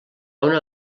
una